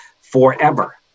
forever